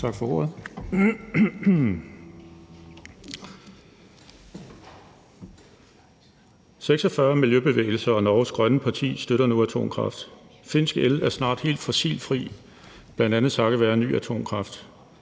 46 miljøbevægelser og Norges grønne parti støtter nu atomkraft, og finsk el er snart helt fossilfri, bl.a. takket være ny atomkraft.